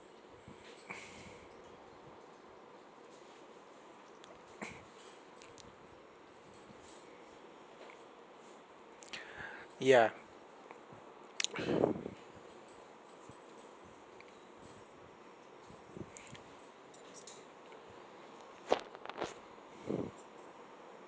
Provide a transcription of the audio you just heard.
ya